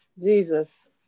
jesus